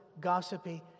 gossipy